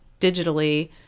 digitally